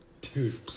Dude